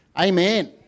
amen